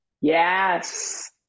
yes